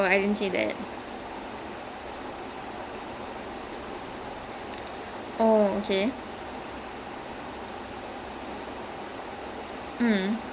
like the ya some shanmugam becomes a dwarf in the movie okay so then he's trying to he's trying to romance anushkashakma so